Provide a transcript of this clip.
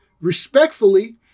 respectfully